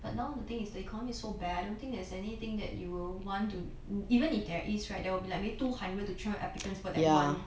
but now the thing is the economy is so bad I don't think there's anything that you will want to even if there is right there will be like maybe two hundred to three hundred applicants for that one